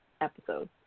episode